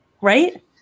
Right